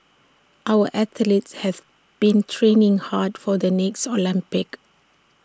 our athletes have been training hard for the next Olympics